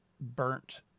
burnt